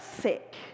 sick